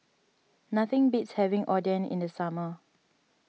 nothing beats having Oden in the summer